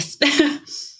Yes